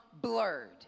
blurred